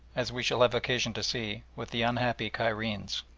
as we shall have occasion to see, with the unhappy cairenes.